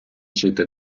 жити